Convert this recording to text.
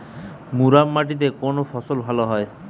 মুরাম মাটিতে কোন ফসল ভালো হয়?